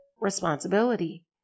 responsibility